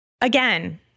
Again